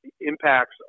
impacts